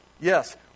Yes